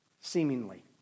seemingly